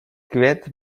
květ